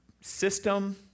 system